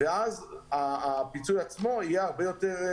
ואז הפיצוי עצמו יהיה נכון יותר.